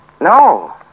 No